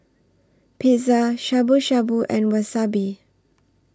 Pizza Shabu Shabu and Wasabi